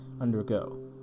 undergo